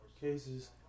cases